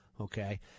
okay